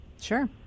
Sure